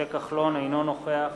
אינו נוכח